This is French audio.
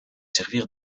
servir